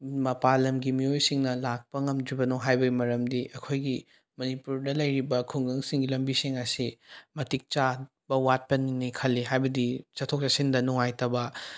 ꯃꯄꯥꯜꯂꯝꯒꯤ ꯃꯤꯑꯣꯏꯁꯤꯡꯅ ꯂꯥꯛꯄ ꯉꯝꯗ꯭ꯔꯤꯕꯅꯣ ꯍꯥꯏꯕꯒꯤ ꯃꯔꯝꯗꯤ ꯑꯩꯈꯣꯏꯒꯤ ꯃꯅꯤꯄꯨꯔꯗ ꯂꯩꯔꯤꯕ ꯈꯨꯡꯒꯪꯁꯤꯡꯒꯤ ꯂꯝꯕꯤꯁꯤꯡ ꯑꯁꯤ ꯃꯇꯤꯛ ꯆꯥꯕ ꯋꯥꯠꯄꯒꯤꯅꯦ ꯈꯜꯂꯦ ꯍꯥꯏꯕꯗꯤ ꯆꯠꯊꯣꯛ ꯆꯠꯁꯤꯟꯗ ꯅꯨꯡꯉꯥꯏꯇꯕ